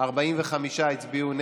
45 הצביעו נגד,